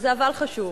וזה "אבל" חשוב,